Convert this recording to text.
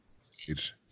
stage